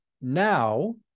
Now